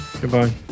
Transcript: Goodbye